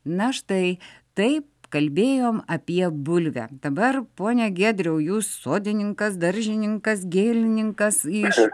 na štai taip kalbėjom apie bulvę dabar pone giedriau jūs sodininkas daržininkas gėlininkas iš